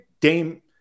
Dame